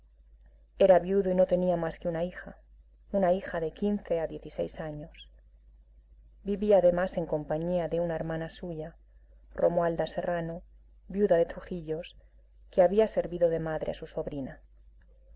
era viudo y no tenía más que una hija una hija de quince a diez y seis años vivía además en compañía de una hermana suya romualda serrano viuda de trujillos que había servido de madre a su sobrina